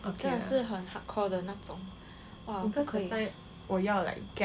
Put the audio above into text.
你真的是很 hardcore 的那种 !wah! 不可以